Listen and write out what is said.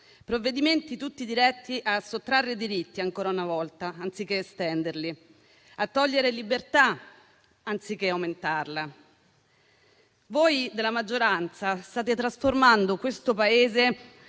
provvedimenti tutti diretti a sottrarre diritti, ancora una volta, anziché estenderli; a togliere libertà, anziché aumentarla. Voi della maggioranza state trasformando questo Paese